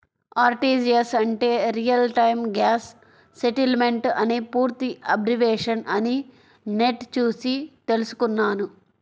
RTGS అంటే real time gross settlement అని పూర్తి అబ్రివేషన్ అని నెట్ చూసి తెల్సుకున్నాను